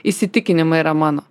įsitikinimai yra mano